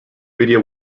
video